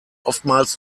oftmals